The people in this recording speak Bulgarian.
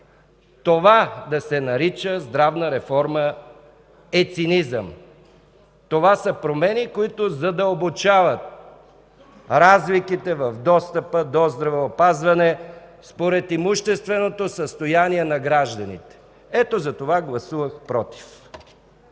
Това да се нарича „здравна реформа” е цинизъм! Това са промени, които задълбочават разликите в достъпа до здравеопазване според имущественото състояние на гражданите. Ето затова гласувах „против”.